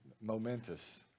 momentous